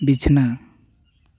ᱵᱤᱪᱷᱱᱟ